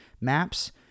maps